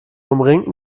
umringten